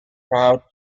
proud